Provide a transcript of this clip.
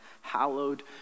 Hallowed